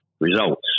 results